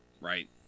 right